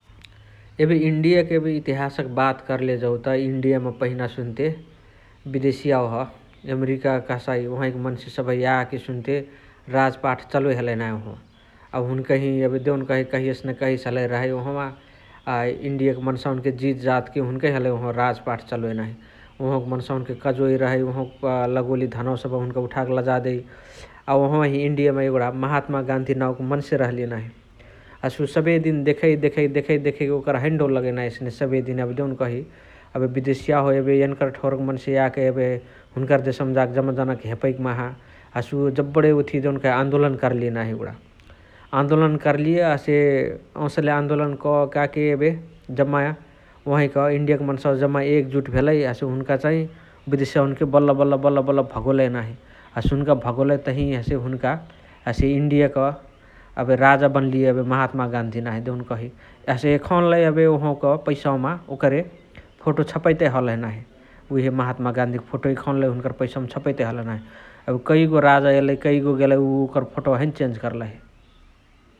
एबे ईन्डियाक एबे इतिहासक बात कर्ले जौत इनिदमा पहिना सुन्ते बिदेसियवाह एमरिका कहसाइ वोहइ मन्से याके सुन्ते राज पाथ चलोइ हलइ नाही वोहावा । अब हुन्कही एबे देउन कही कहियसे न कहियसे हलइ रहइ वोहावा । अ ईन्डियाक मन्सावा हुन्कके जितजातके हुन्कही हलइ वोहावाअ राज्पाथ चलोइ नाही । वोहवोका मन्सवोन्के कजोइ रहइ ।वोहवोका लगोली धनवा सबह हुन्क उथके लजा देइ । अ वोहवोही ईन्डियामा एगुणा महात्मा गान्धी नाउक मन्से रहलिय नाही । हसे उअ सबे दिन देखइ देखइ ओकरा हैने डौल लगइ नाही । एस्ने सबे दिन देउन कही अबे बिदेसियवह एबे एन्कर ठौरका मन्से याके एबे हुन्कर देसौमा जाके जमा जनके हेपइक माहा हसे उअ जबणे वोथिय देउन कही आन्दोलन् ।